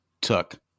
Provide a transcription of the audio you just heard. took